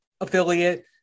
affiliate